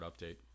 update